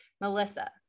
Melissa